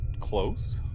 close